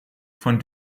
von